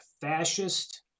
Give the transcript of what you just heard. fascist